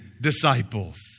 disciples